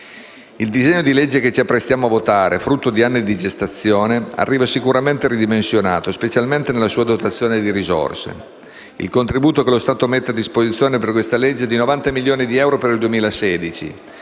Il disegno di legge che ci apprestiamo a votare, frutto di anni di gestazione, arriva sicuramente ridimensionato, specialmente nella sua dotazione di risorse. Il contributo che lo Stato mette a disposizione per questa legge è di 90 milioni di euro per il 2016,